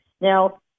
Now